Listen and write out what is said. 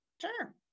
Sure